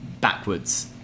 backwards